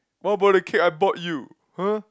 what about the cake I bought you !huh!